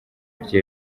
rye